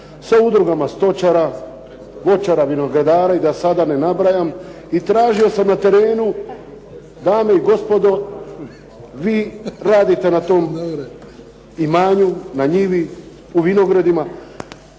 sa udrugama stočara, voćara vinogradara i da sada ne nabrajam. I tražio sam na terenu, dame i gospodo, vi radite na tom imanju, na njivi, na vinogradima,